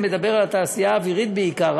שמדבר על התעשייה האווירית בעיקר,